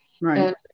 Right